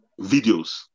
videos